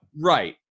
right